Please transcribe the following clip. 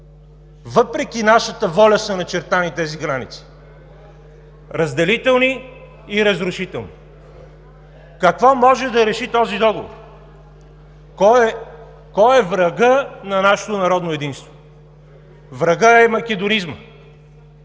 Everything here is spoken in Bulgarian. Въпреки нашата воля са начертани тези граници – разделителни и разрушителни. Какво може да реши този договор? Кой е врагът на нашето народно единство? Врагът е македонизмът,